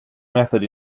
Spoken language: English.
method